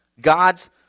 God's